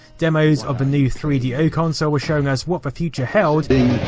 demos of the new three do console were showing us what the future held and